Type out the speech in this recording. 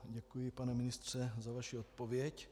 Děkuji, pane ministře, za vaši odpověď.